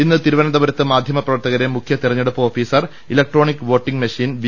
ഇന്ന് തിരുവനന്തപുരത്ത് മാധ്യമ പ്രവർത്തകരെ മുഖ്യതെരഞ്ഞെടുപ്പ് officer electronic voting machine V